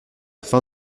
fin